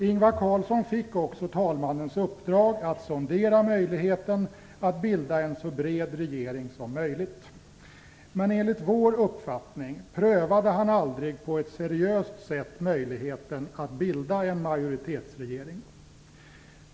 Ingvar Carlsson fick också talmannens uppdrag att sondera möjligheten att bilda en så bred regering som möjligt. Men enligt vår uppfattning prövade han aldrig på ett seriöst sätt möjligheten att bilda en majoritetsregering.